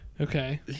Okay